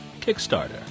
Kickstarter